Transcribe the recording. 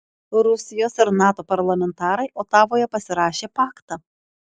rusijos ir nato parlamentarai otavoje pasirašė paktą